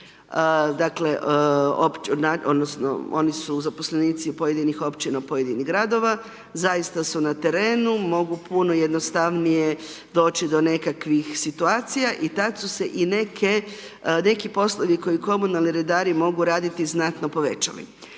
odnosno oni su zaposlenici pojedinih Općina, pojedinih Gradova, zaista su na terenu, mogu puno jednostavnije doći do nekakvih situacija i tad su se i neke, neki poslovi koje komunalni redari mogu raditi, znatno povećali.